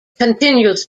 continues